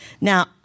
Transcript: Now